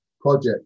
project